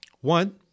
One